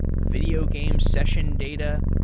video game session data.